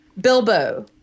Bilbo